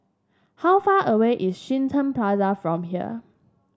how far away is Shenton Plaza from here